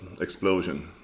explosion